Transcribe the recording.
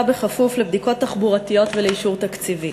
בכפוף לבדיקות תחבורתיות ולאישור תקציבי.